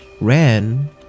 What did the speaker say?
ran